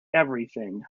everything